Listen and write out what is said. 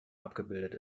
abgebildet